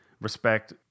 respect